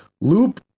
loop